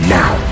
now